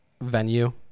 venue